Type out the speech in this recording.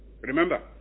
Remember